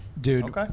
Dude